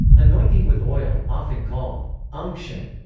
anointing with oil, often called unction,